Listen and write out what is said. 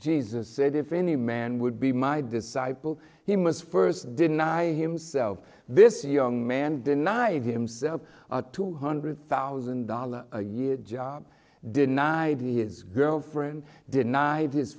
jesus said if any man would be my disciple he must first deny himself this young man denied himself the two hundred thousand dollars a year job denied his girlfriend denied his